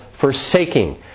forsaking